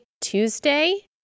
Tuesday